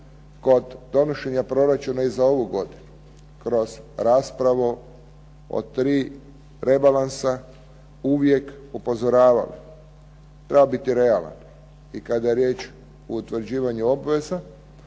kod donošenja proračuna i za ovu godinu, kroz raspravu o tri rebalansa, uvijek upozoravali, treba biti realan i kada je riječ o utvrđivanju obveza